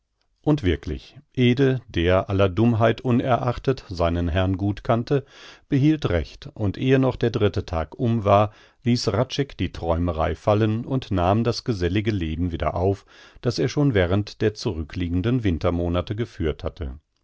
und wirklich ede der aller dummheit unerachtet seinen herrn gut kannte behielt recht und ehe noch der dritte tag um war ließ hradscheck die träumerei fallen und nahm das gesellige leben wieder auf das er schon während der zurückliegenden wintermonate geführt hatte